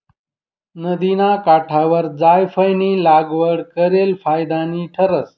नदिना काठवर जायफयनी लागवड करेल फायदानी ठरस